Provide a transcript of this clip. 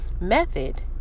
Method